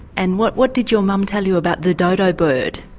and what what did your mum tell you about the dodo bird?